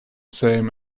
same